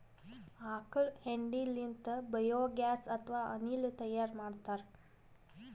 ಆಕಳ್ ಹೆಂಡಿ ಲಿಂತ್ ಬಯೋಗ್ಯಾಸ್ ಅಥವಾ ಅನಿಲ್ ತೈಯಾರ್ ಮಾಡ್ತಾರ್